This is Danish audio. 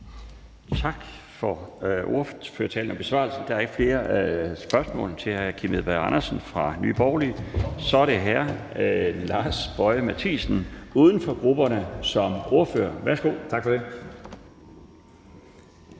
Tak for ordførertalen og besvarelserne. Der er ikke flere spørgsmål til hr. Kim Edberg Andersen fra Nye Borgerlige. Så er det hr. Lars Boje Mathiesen, uden for grupperne, som privatist. Værsgo. Kl.